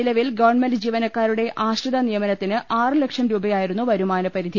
നിലവിൽ ഗവൺമെന്റ് ജീവന ക്കാരുടെ ആശ്രിത നിയമനത്തിന് ആറ് ലക്ഷം രൂപയായിരുന്നു വരുമാന പരിധി